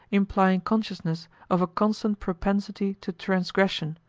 implying consciousness of a constant propensity to transgression,